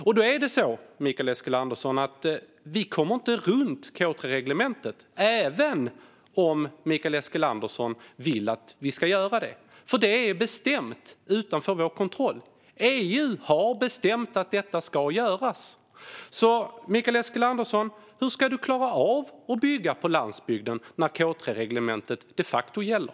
Det är så, Mikael Eskilandersson, att vi inte kommer runt K3-reglementet, även om Mikael Eskilandersson vill att vi ska göra det, för det är bestämt utanför vår kontroll. EU har bestämt att detta ska göras. Så, Mikael Eskilandersson, hur ska du klara av att bygga på landsbygden när K3-reglementet de facto gäller?